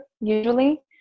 usually